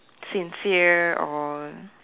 sincere or